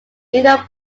inner